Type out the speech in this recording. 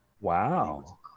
Wow